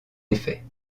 effet